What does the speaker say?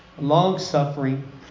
longsuffering